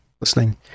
listening